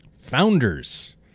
founders